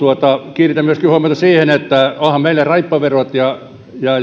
kiinnitän huomiota myöskin siihen että onhan meillä raippaverot ja